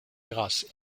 grasses